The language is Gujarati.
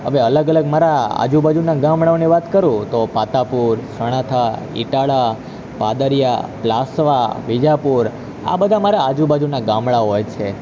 હવે અલગ અલગ મારા આજુબાજુના ગામળાઓની વાત કરું તો પાતાપુર સણાથા ઈટાળા પાદરિયા પ્લાસવા બીજાપુર આ બધા મારા આજુબાજુના ગામડાઓ છે